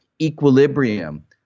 equilibrium